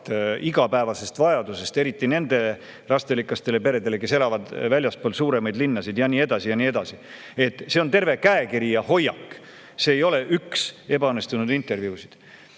igapäevasest vajadusest, eriti nende lasterikaste perede puhul, kes elavad väljaspool suuremaid linnasid, ja nii edasi ja nii edasi. See on terve käekiri ja hoiak, see ei ole üks ebaõnnestunud intervjuu.